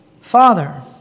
Father